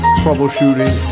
troubleshooting